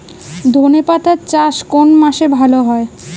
ধনেপাতার চাষ কোন মাসে ভালো হয়?